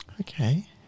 Okay